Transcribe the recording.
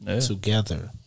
together